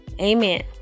amen